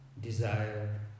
desire